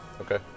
Okay